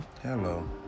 Hello